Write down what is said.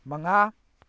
ꯃꯉꯥ